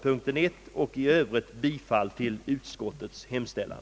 I övrigt yrkar jag bifall till utskottets hemställan.